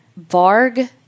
Varg